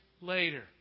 later